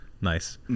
Nice